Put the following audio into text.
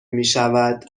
میشود